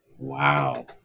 Wow